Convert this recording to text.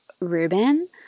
Ruben